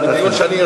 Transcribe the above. זה דיון שאני יזמתי.